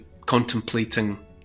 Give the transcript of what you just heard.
contemplating